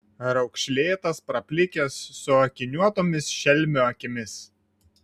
raukšlėtas praplikęs su akiniuotomis šelmio akimis